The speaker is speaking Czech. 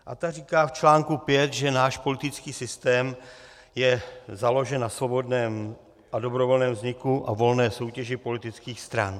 A ta říká v článku 5, že náš politický systém je založen na svobodném a dobrovolném vzniku a volné soutěži politických stran.